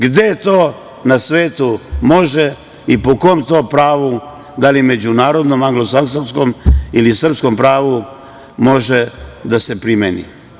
Gde to na svetu može i po kom to pravu, da li međunarodnom, anglosaksonskom ili srpskom pravu, može da se primeni?